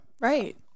Right